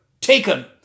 taken